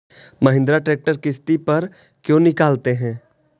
Mahindra tractor किसति पर क्यों निकालते हैं?